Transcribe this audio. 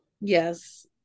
Yes